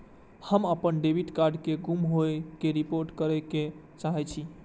हम अपन debit card के गुम होय के रिपोर्ट करे के चाहि छी